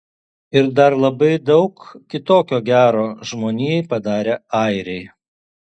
ir dar labai daug kitokio gero žmonijai padarę airiai